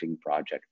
project